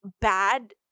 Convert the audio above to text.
bad